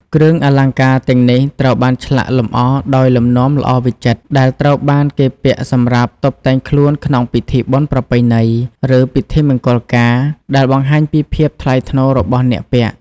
គ្រឿងអលង្ការទាំងនេះត្រូវបានឆ្លាក់លម្អដោយលំនាំល្អវិចិត្រ ដែលត្រូវបានគេពាក់សម្រាប់តុបតែងខ្លួនក្នុងពិធីបុណ្យប្រពៃណី ឬពិធីមង្គលការ ដែលបង្ហាញពីភាពថ្លៃថ្នូររបស់អ្នកពាក់។